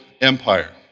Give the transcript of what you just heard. empire